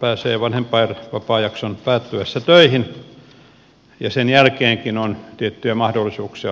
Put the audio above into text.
pääsee vanhempainvapaajakson päättyessä töihin ja sen jälkeenkin on tiettyjä mahdollisuuksia